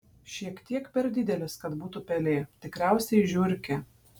šiek tiek per didelis kad būtų pelė tikriausiai žiurkė